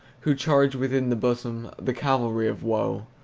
who charge within the bosom, the cavalry of woe.